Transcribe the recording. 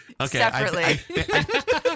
Okay